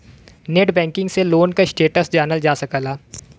net banking से loan क status जानल जा सकला